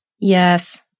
Yes